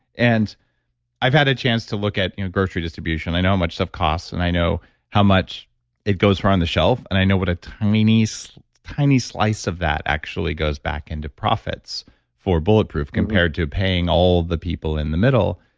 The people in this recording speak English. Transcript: and i've had a chance to look at grocery distribution. i know how much stuff costs, and i know how much it goes for on the shelf, and i know what a tiny, tiny slice of that actually goes back into profits for bulletproof compared to paying all the people in the middle